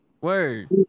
Word